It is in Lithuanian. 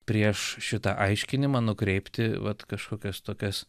prieš šitą aiškinimą nukreipti vat kažkokias tokias